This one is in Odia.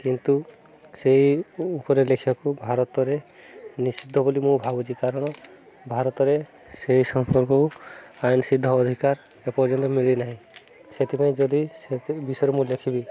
କିନ୍ତୁ ସେଇ ଉପରେ ଲେଖିବାକୁ ଭାରତରେ ନିଷିଦ୍ଧ ବୋଲି ମୁଁ ଭାବୁଛି କାରଣ ଭାରତରେ ସେହି ସମ୍ପର୍କକୁ ଆଇନ ସିଦ୍ଧ ଅଧିକାର ଏପର୍ଯ୍ୟନ୍ତ ମିଳିନାହିଁ ସେଥିପାଇଁ ଯଦି ସେ ବିଷୟରେ ମୁଁ ଲେଖିବି